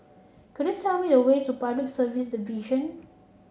could you tell me the way to Public Service Division